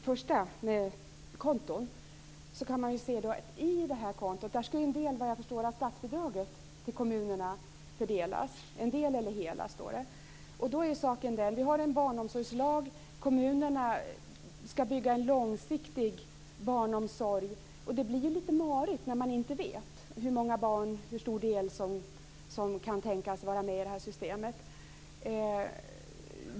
Fru talman! Först till frågan om barnkonton. Till kontot skall, såvitt jag förstår, en del av statsbidraget till kommunerna fördelas - en del eller hela, står det. Vi har en barnomsorgslag. Kommunerna skall bygga en långsiktig barnomsorg. Det blir lite marigt när de inte vet hur stor andel som kan tänkas vara med i det här systemet.